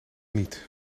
niet